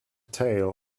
tail